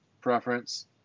preference